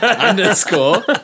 underscore